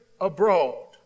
abroad